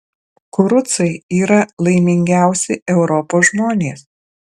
kurucai yra laimingiausi europos žmonės